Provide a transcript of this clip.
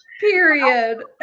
Period